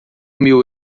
mil